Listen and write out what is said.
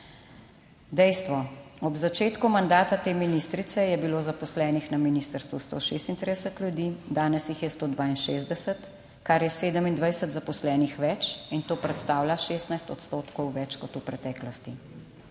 Dejstvo; ob začetku mandata te ministrice je bilo zaposlenih na ministrstvu 136 ljudi, danes jih je 162, kar je 27 zaposlenih več in to predstavlja 16 odstotkov več kot v preteklosti.